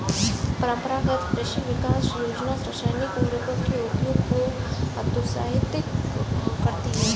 परम्परागत कृषि विकास योजना रासायनिक उर्वरकों के उपयोग को हतोत्साहित करती है